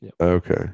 Okay